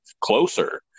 closer